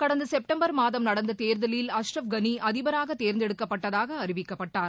கடந்தசெப்டம்பர் நடந்ததேர்தலில் மாதம் அஷ்ரஃப் கனிஅதிபராகதேர்ந்தெடுக்கப்பட்டதாகஅறிவிக்கப்பட்டார்